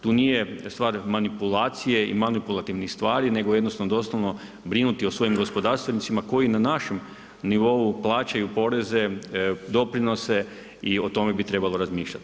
Tu nije stvar manipulacije i manipulativnih stvari nego jednostavno doslovno brinuti o svojim gospodarstvenicima koji na našem nivou plaćaju poreze, doprinose i o tome bi trebalo razmišljati.